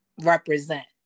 represent